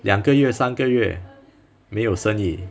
两个月三个月没有生意